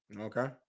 Okay